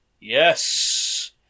Yes